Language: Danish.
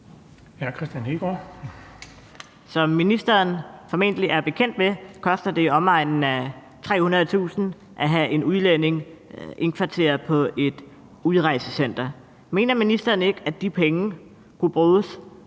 Som ministeren formentlig er bekendt med, koster det i omegnen af 300.000 kr. at have en udlænding indkvarteret på et udrejsecenter. Mener ministeren ikke, at de penge kunne bruges